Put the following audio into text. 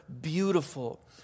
beautiful